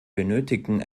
benötigten